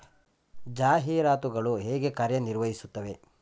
ಜಾಹೀರಾತುಗಳು ಹೇಗೆ ಕಾರ್ಯ ನಿರ್ವಹಿಸುತ್ತವೆ?